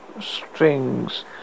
strings